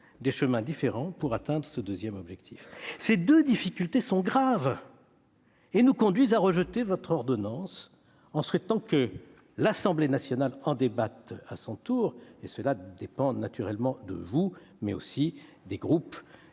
des chemins différents pour atteindre ce second objectif. Ces deux difficultés sont graves et nous conduisent à rejeter votre ordonnance, en formant le voeu que l'Assemblée nationale en débatte à son tour ; cela dépend naturellement de vous, mais aussi des groupes